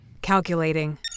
Calculating